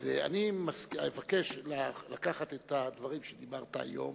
אז אני אבקש לקחת את הדברים שדיברת היום